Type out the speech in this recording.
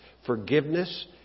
Forgiveness